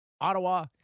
Ottawa